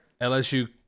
LSU